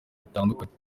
bitandukanye